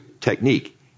technique